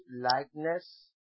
likeness